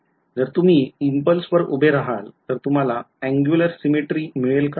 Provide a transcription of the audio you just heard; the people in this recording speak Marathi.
जर तुम्ही इम्पल्सवर उभे राहाल तर तुम्हाला angular symmetry मिळेल का